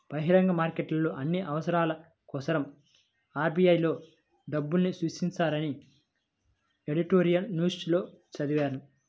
బహిరంగ మార్కెట్లో అన్ని అవసరాల కోసరం ఆర్.బి.ఐ లో డబ్బుల్ని సృష్టిస్తారని ఎడిటోరియల్ న్యూస్ లో చదివాను